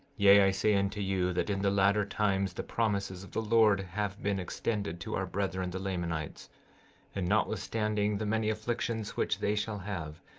yea, i say unto you, that in the latter times the promises of the lord have been extended to our brethren, the lamanites and notwithstanding the many afflictions which they shall have,